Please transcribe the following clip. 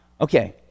Okay